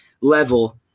level